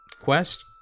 quest